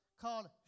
called